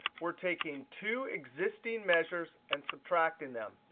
we're taking two existing measures and subtracting them.